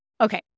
Okay